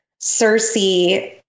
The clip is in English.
Cersei